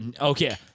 Okay